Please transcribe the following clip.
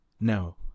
No